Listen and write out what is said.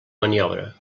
maniobra